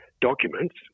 documents